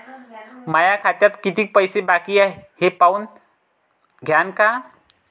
माया खात्यात कितीक पैसे बाकी हाय हे पाहून द्यान का?